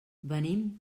venim